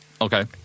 okay